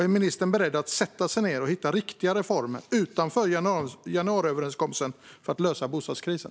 Är ministern beredd att sätta sig ned och hitta riktiga reformer utanför januariöverenskommelsen för att lösa bostadskrisen?